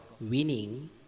winning